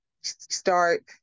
start